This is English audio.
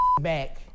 back